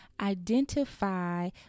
identify